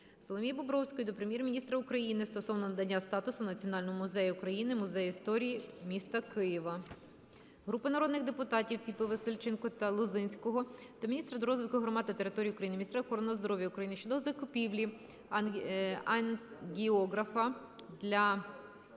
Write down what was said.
Соломії Бобровської до Прем'єр-міністра України стосовно надання статусу національного музею України Музею історії міста Києва. Групи народних депутатів (Піпи, Васильченко та Лозинського) до міністра розвитку громад та територій України, міністра охорони здоров'я України щодо закупівлі ангіографа для